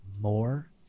more